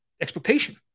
expectation